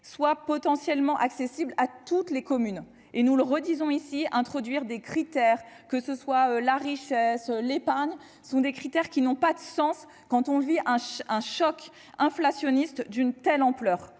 soit potentiellement accessible à toutes les communes, et nous le redisons ici introduire des critères, que ce soit la richesse l'épargne sont des critères qui n'ont pas de sens quand on vit un choc, un choc inflationniste d'une telle ampleur,